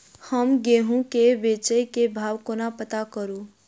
हम गेंहूँ केँ बेचै केँ भाव कोना पत्ता करू?